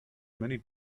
many